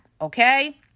Okay